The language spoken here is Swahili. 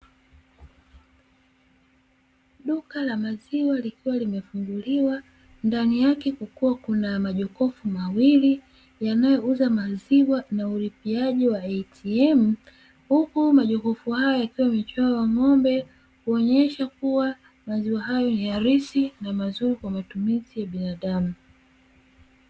Duka la maziwa likiwa limefunguliwa ndani yake kukiwa na majokofu mawili yanayouza maziwa na ulipiaji wa ATM, huku majokofu haya yakiwa yamechorwa ng'ombe kuonesha kua maziwa hayo ni halisi na mazuri kwa matumizi ya binadamu.